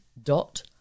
dot